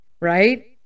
right